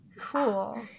Cool